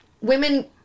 women